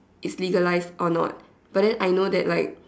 it's legalized or not but then I know that like